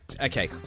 Okay